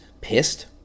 pissed